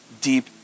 deep